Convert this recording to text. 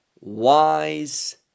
wise